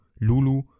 Lulu